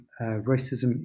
racism